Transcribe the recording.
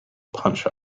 punch